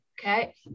Okay